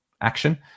action